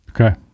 Okay